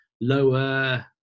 lower